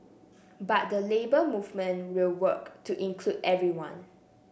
but the Labour Movement will work to include everyone